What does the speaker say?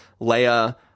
Leia